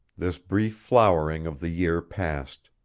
this brief flowering of the year passed.